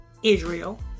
Israel